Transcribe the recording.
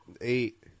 eight